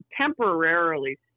temporarily